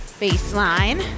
baseline